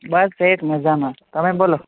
બસ શેઠ મજામાં તમે બોલો